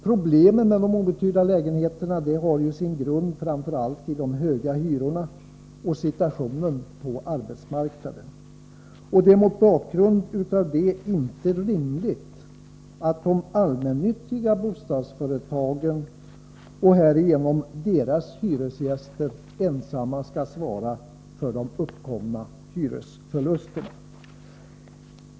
Problemet med de outhyrda lägenheterna har sin grund framför allt i de höga hyrorna och situationen på arbetsmarknaden. Det är mot denna bakgrund inte rimligt att de allmännyttiga bostadsföretagen och härigenom deras hyresgäster ensamma skall svara för de uppkomna hyresförlusterna.